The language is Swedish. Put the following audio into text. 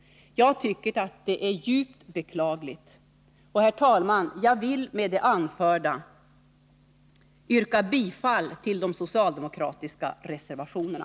Jag tycker att det är djupt beklagligt. Herr talman! Jag vill med det anförda yrka bifall till de socialdemokratiska reservationerna.